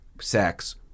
sex